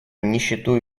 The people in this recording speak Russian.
нищету